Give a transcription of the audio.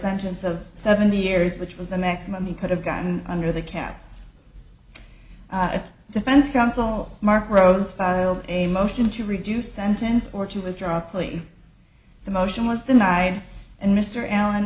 sentence of seventy years which was the maximum he could have gotten under the cap defense counsel mark rose filed a motion to reduce sentence or to withdraw plea the motion was denied and mr allen